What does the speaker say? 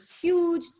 huge